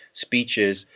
speeches